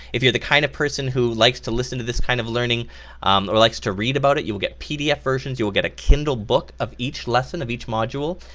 if you're the kind of person who likes to listen to this kind of learning or likes to read about you will get pdf versions, you will get a kindle book of each lesson, of each module,